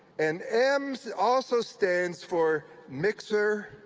and m also stands for mixer